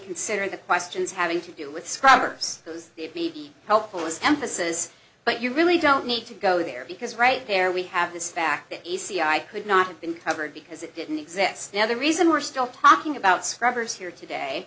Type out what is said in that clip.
consider the questions having to do with scrubbers those be helpful as emphasis but you really don't need to go there because right there we have this fact that e c i could not have been covered because it didn't exist now the reason we're still talking about scrubbers here today